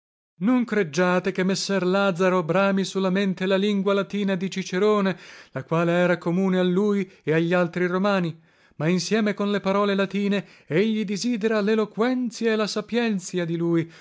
non creggiate che messer lazaro brami solamente la lingua latina di cicerone la quale era comune a lui e aglaltri romani ma insieme con le parole latine egli disidera leloquenzia e la sapienzia di lui